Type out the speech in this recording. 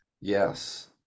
Yes